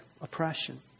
oppression